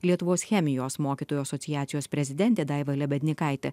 lietuvos chemijos mokytojų asociacijos prezidentė daiva lebednykaitė